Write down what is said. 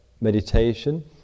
meditation